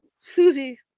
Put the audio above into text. Susie